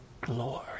glory